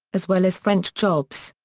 as well as french jobs.